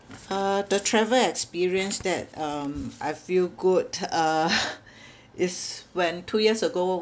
uh the travel experience that um I feel good uh is when two years ago